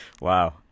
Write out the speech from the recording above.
Wow